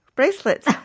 Bracelets